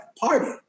party